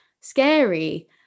scary